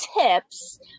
tips